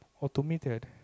automated